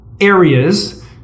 areas